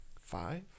five